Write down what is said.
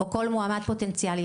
או כל מועמד פוטנציאלי,